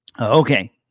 okay